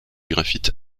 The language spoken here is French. graphite